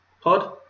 pod